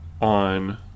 on